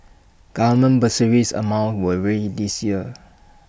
government bursary amounts were raised this year